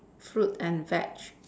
fruit and veg